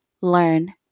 learn